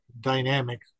dynamic